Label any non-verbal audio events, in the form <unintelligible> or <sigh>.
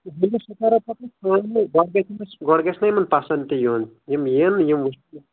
<unintelligible> گۄڈٕ گژھِ نہ یِمن پَسنٛد تہِ یُن یِم یِن یِم <unintelligible>